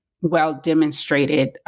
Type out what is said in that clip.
well-demonstrated